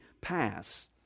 pass